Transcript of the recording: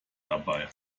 dabei